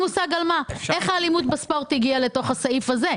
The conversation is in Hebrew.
איך האלימות בספורט הגיעה לסעיף הזה?